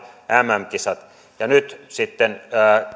mm kisat ja nyt kun sitten